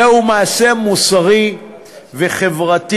זהו מעשה מוסרי וחברתי,